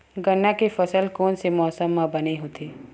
गन्ना के फसल कोन से मौसम म बने होथे?